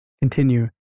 continue